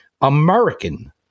American